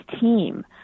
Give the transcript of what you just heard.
team